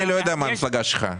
אני לא יודע מה המפלגה שלך.